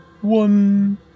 one